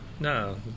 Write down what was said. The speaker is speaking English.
No